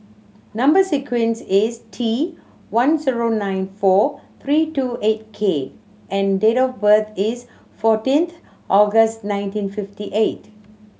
number sequence is T one zero nine four three two eight K and date of birth is fourteenth August nineteen fifty eight